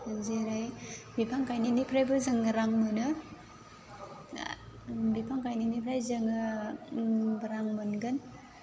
जेरै बिफां गायनायनिफ्रायबो जोङो रां मोनो बिफां गायनायनिफ्राय जोङो रां मोनगोन